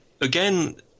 again